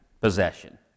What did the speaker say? possession